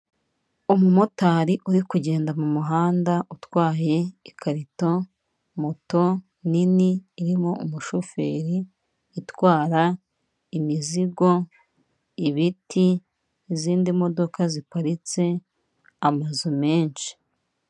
Umumotari uri kugenda mu muhanda utwaye ikarito, moto nini irimo umushoferi, itwara imizigo, ibiti, izindi modoka ziparitse, amazu menshi.